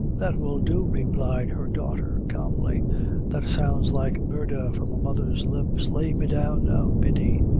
that will do, replied her daughter, calmly that sounds like murdher from a mother's lips! lay me down now, biddy.